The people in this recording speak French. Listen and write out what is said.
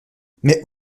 mais